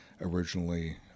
originally